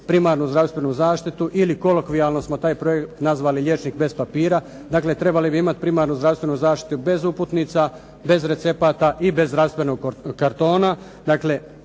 primarnu zdravstvenu zaštitu ili kolokvijalno smo taj projekt nazvali liječnik bez papira, dakle trebali bi imati primarnu zdravstvenu zaštitu bez uputnica, bez recepata i bez zdravstvenog kartona.